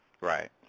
Right